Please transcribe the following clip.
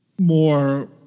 more